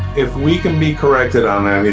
if we can be corrected on